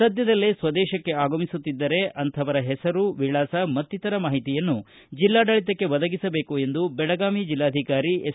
ಸದ್ಧದಲ್ಲಿ ಸ್ವದೇಶಕ್ಕೆ ಆಗಮಿಸುತ್ತಿದ್ದರೆ ಅಂತಹವರ ಹೆಸರು ವಿಳಾಸ ಮತ್ತಿತರ ಮಾಹಿತಿಯನ್ನು ಜಿಲ್ಲಾಡಳಿತಕ್ಕೆ ಒದಗಿಸಬೇಕು ಎಂದು ಜಿಲ್ಲಾಧಿಕಾರಿ ಎಸ್